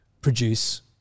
produce